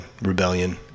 rebellion